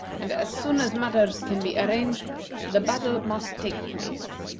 and as soon as matters can be arranged the battle must take place.